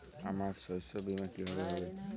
আমার শস্য বীমা কিভাবে হবে?